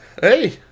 Hey